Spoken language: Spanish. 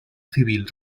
civil